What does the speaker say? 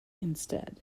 instead